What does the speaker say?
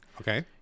Okay